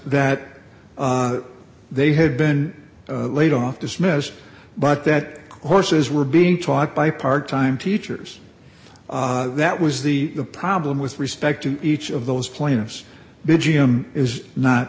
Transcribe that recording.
that they had been laid off dismissed but that horses were being taught by part time teachers that was the the problem with respect to each of those plaintiffs bije m is not